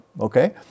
okay